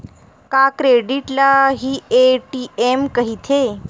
का क्रेडिट ल हि ए.टी.एम कहिथे?